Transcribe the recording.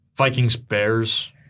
Vikings-Bears